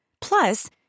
Plus